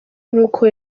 nk’uko